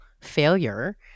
failure